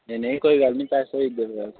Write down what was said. नेंई नेईं कोई गल्ल नीं पैसे थ्होई जंदे न बा द च